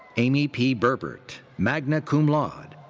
amy p. berbert, magna cum laude.